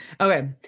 Okay